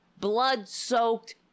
blood-soaked